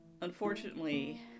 unfortunately